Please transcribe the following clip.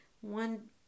one